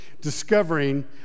discovering